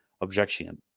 objection